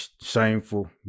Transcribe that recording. shameful